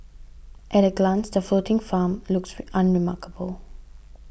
at a glance the floating farm looks unremarkable